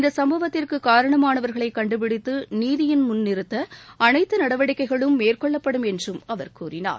இந்த சம்பவத்திற்கு காரணமானவா்களை கண்டுபிடித்து நீதியின் முன் நிறுத்த அனைத்து நடவடிக்கைகளும் மேற்கொள்ளப்படும் என்றும் அவர் கூறினார்